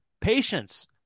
patience